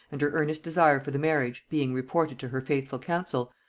and her earnest desire for the marriage, being reported to her faithful council,